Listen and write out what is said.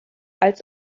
als